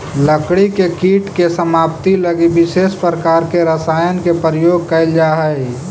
लकड़ी के कीट के समाप्ति लगी विशेष प्रकार के रसायन के प्रयोग कैल जा हइ